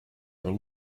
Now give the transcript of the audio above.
are